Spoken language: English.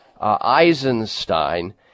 Eisenstein